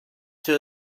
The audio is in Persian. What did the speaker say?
چرا